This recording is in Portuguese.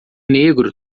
negro